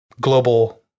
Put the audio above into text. global